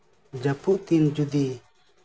ᱡᱟᱹᱯᱩᱫ ᱫᱤᱱ ᱡᱩᱫᱤ